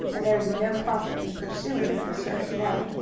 and there would be no profit in pursuing the search now.